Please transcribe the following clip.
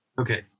Okay